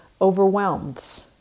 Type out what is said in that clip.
overwhelmed